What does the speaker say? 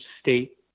state